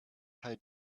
her